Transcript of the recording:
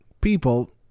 people